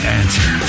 answer